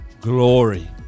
glory